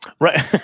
Right